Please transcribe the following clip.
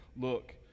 look